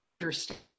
understand